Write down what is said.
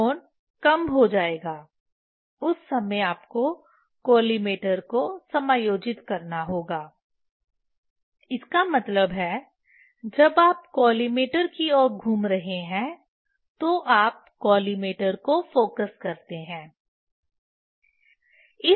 कोण कम हो जाएगा उस समय आपको कॉलिमेटर को समायोजित करना होगा इसका मतलब है जब आप कॉलिमेटर की ओर घूम रहे हैं तो आप कॉलिमेटर को फोकस करते हैं